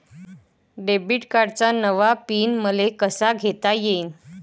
Debit कार्डचा नवा PIN मले कसा घेता येईन?